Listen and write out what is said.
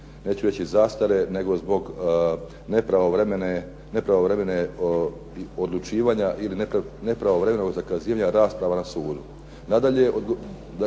Hvala vam